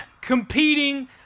competing